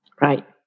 Right